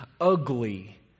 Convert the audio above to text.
ugly